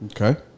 Okay